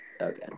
okay